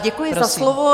Děkuji za slovo.